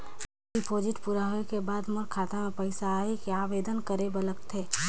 Deposit पूरा होय के बाद मोर खाता मे पइसा आही कि आवेदन करे बर लगथे?